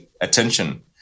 attention